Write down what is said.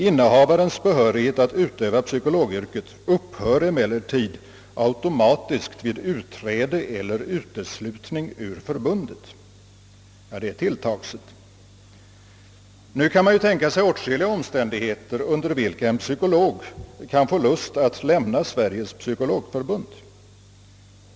Innehavarens behörighet att utöva psykologyrket upphör emellertid automatiskt vid utträde eller uteslutning ur förbundet.» Ja, det är tilltagset. Man kan ju tänka sig åtskilliga situationer då en psykolog får lust att lämna Sveriges Psykologförbund.